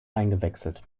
eingewechselt